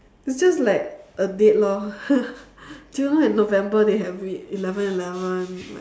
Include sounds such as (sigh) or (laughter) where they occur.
it's just like a date lor (laughs) generally in november they have eleven eleven like